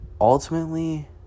Ultimately